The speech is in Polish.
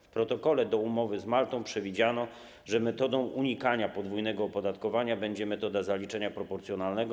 W protokole do umowy z Maltą przewidziano, że metodą unikania podwójnego opodatkowania będzie metoda zaliczenia proporcjonalnego.